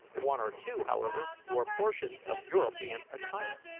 one or two, however, wore portions of european attire.